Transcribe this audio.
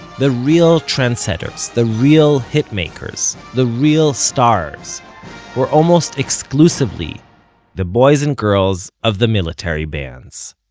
the real trendsetters, the real hitmakers, the real stars were almost exclusively the boys and girls of the military bands.